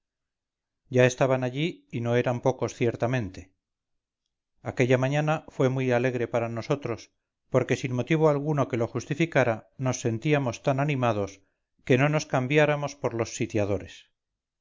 ya estaban allí y no eran pocos ciertamente aquella mañana fue muy alegre para nosotros porque sin motivo alguno que lo justificara nos sentíamos tan animados que no nos cambiáramos por los sitiadores